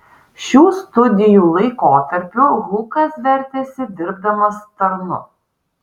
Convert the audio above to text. šių studijų laikotarpiu hukas vertėsi dirbdamas tarnu